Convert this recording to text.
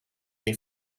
may